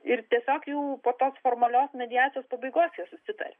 ir tiesiog jau po tos formalios mediacijos pabaigos jie susitaria